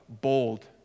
bold